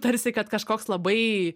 tarsi kad kažkoks labai